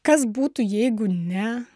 kas būtų jeigu ne